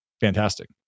fantastic